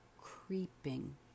creeping